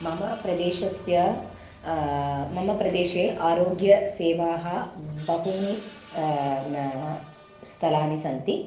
मम प्रदेशस्य मम प्रदेशे आरोग्यसेवाः बहूनि स्थलानि सन्ति